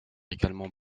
également